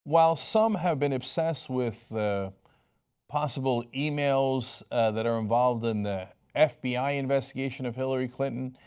while some have been obsessed with the possible emails that are involved in the fbi investigation of hillary clinton,